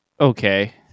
okay